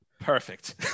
Perfect